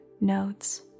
notes